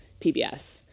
PBS